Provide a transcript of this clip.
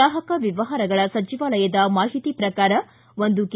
ಗ್ರಾಹಕ ವ್ವವಹಾರಗಳ ಸಚಿವಾಲಯದ ಮಾಹಿತಿ ಶ್ರಕಾರ ಒಂದು ಕೆ